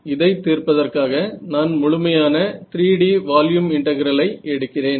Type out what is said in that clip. இதை தீர்ப்பதற்காக நான் முழுமையான 3D வால்யூம் இன்டெகிரலை எடுக்கிறேன்